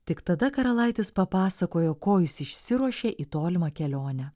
tik tada karalaitis papasakojo ko jis išsiruošė į tolimą kelionę